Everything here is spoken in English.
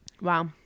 Wow